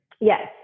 yes